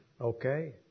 okay